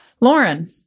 Lauren